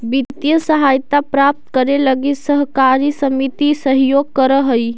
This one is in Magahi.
वित्तीय सहायता प्राप्त करे लगी सहकारी समिति सहयोग करऽ हइ